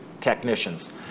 technicians